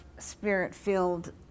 Spirit-filled